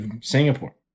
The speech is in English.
Singapore